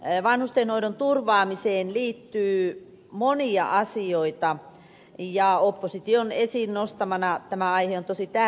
vanhusten hoidon turvaamiseen liittyy monia asioita ja opposition esiin nostamana tämä aihe on tosi tärkeä